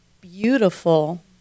beautiful